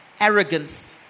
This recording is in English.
arrogance